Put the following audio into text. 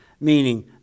meaning